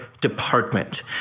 department